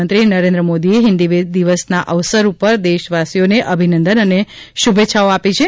પ્રધાનમંત્રી નરેન્દ્ર મોદીએ હિન્દી દિવસના અવસર ઉપર દેશવાસીઓને અભિનંદન અને શુભેચ્છાઓ આપી છે